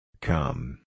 Come